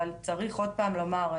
צריך עוד פעם לומר,